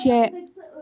شےٚ